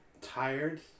Tired